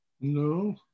No